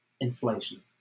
inflation